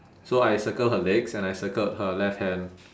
so I circle her legs and I circled her left hand